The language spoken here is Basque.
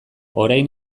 orain